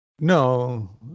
No